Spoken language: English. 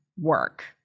work